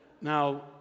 Now